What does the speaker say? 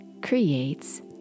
creates